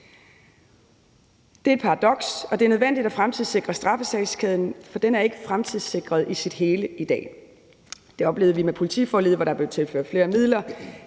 Det er et paradoks, og det er nødvendigt at fremtidssikre straffesagskæden, for den er ikke fremtidssikret i sit hele i dag. Det oplevede vi med politiforliget, hvor der blev tilført flere midler,